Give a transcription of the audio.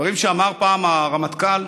דברים שאמר פעם הרמטכ"ל